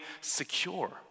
secure